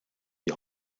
die